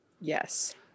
Yes